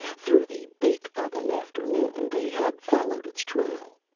through the bake-oven afternoon, they had followed its trail,